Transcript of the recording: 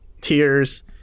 tears